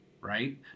right